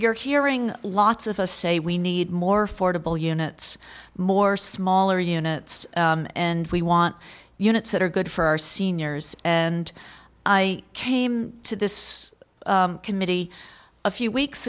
're hearing lots of us say we need more fordable units more smaller units and we want units that are good for our seniors and i came to this committee a few weeks